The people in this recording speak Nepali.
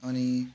अनि